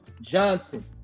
Johnson